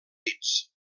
dits